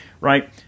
right